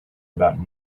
about